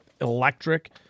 electric